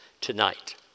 tonight